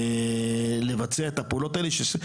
לבצע את הפעולות האלה.